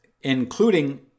including